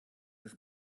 ist